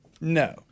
No